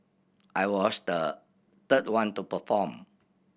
I was the third one to perform